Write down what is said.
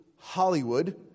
Hollywood